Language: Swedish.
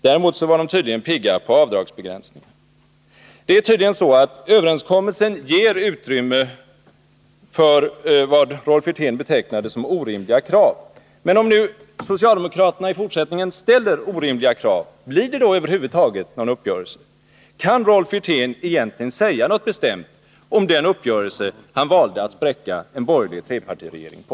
Däremot var de tydligen pigga på avdragsbegränsningar. Uppgörelsen ger av allt att döma utrymme för vad Rolf Wirtén betecknade som orimliga krav. Om nu socialdemokraterna i fortsättningen ställer orimliga krav, blir det då över huvud taget någon uppgörelse? Kan Rolf Wirtén egentligen säga någonting bestämt om den uppgörelse han valde att spräcka en borgerlig trepartiregering på?